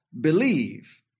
believe